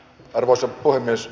arvoisa puhemies